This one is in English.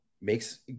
makes